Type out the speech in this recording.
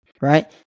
Right